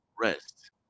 rest